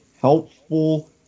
helpful